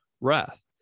wrath